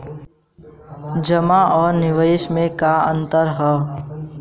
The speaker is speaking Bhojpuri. जमा आ निवेश में का अंतर ह?